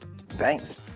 Thanks